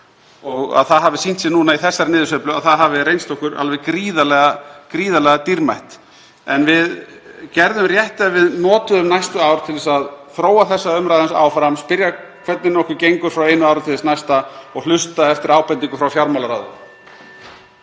og að það hafi sýnt sig í þessari niðursveiflu að það hafi reynst okkur alveg gríðarlega dýrmætt. En við gerðum rétt ef við notuðum næstu ár til að þróa þessa umræðu áfram, (Forseti hringir.) spyrja hvernig okkur gengur frá einu ári til þess næsta og hlusta eftir ábendingum frá fjármálaráði.